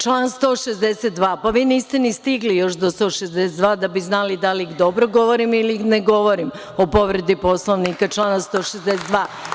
Član 162, pa vi niste ni stigli još do 162. da bi znali da li dobro govorim ili ne govorim o povredi Poslovnika člana 162.